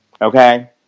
Okay